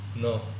no